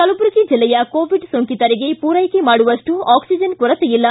ಕಲಬುರಗಿ ಜಿಲ್ಲೆಯ ಕೋವಿಡ್ ಸೋಂಕಿತರಿಗೆ ಪೂರೈಕೆ ಮಾಡುವಷ್ಟು ಆಕ್ಷಿಜನ್ ಕೊರತೆ ಇಲ್ಲ